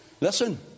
listen